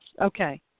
Okay